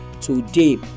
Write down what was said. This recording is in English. today